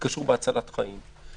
קשור בהצלת חיים.